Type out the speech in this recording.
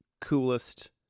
coolest